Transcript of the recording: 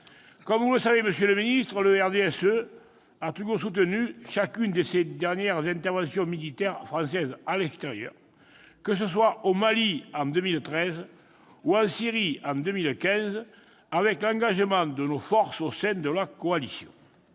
Comme vous le savez, monsieur le ministre, le RDSE a soutenu chacune des dernières interventions militaires françaises à l'extérieur, que ce soit au Mali, en 2013, ou en Syrie, en 2015, avec l'engagement de nos forces au sein de la Coalition.